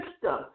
system